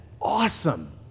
awesome